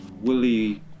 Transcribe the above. Willie